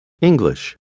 English